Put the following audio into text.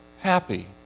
happy